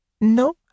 no